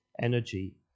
energy